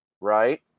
right